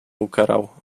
ukarał